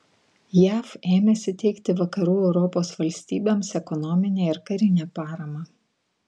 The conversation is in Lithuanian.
jav ėmėsi teikti vakarų europos valstybėms ekonominę ir karinę paramą